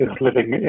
living